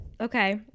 okay